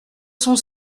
son